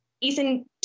Ethan